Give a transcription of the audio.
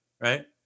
Right